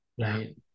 right